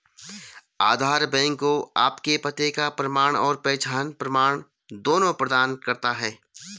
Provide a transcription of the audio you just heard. आधार bank को आपके पते का प्रमाण और पहचान प्रमाण दोनों प्रदान करता है